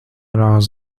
leurs